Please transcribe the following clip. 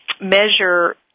measure